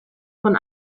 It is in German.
von